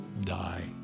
die